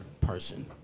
person